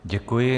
Děkuji.